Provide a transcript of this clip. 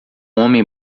homem